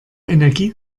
energie